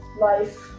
life